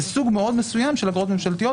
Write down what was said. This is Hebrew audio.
זה סוג מסוים מאוד של אגרות בתחום.